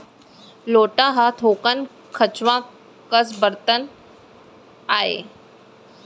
लोटा ह थोकन खंचवा कस बरतन आय